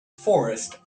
forest